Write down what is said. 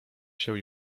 się